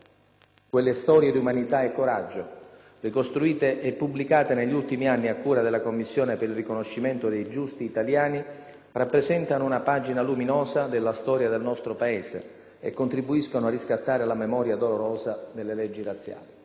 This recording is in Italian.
Quelle storie di umanità e coraggio, ricostruite e pubblicate negli ultimi anni a cura della Commissione per il riconoscimento dei Giusti italiani, rappresentano una pagina luminosa della storia del nostro Paese e contribuiscono a riscattare la memoria dolorosa delle leggi razziali.